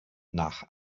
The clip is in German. nach